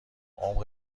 عمق